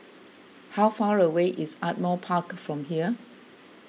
how far away is Ardmore Park from here